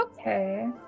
Okay